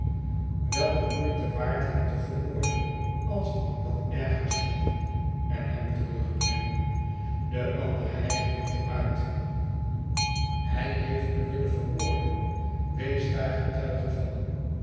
wel de moeite waard hem te vermoorden als ik wat ergers kon doen en hem terugbrengen de ander hijgde nog uit hij heeft me met een zwaai van